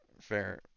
Fair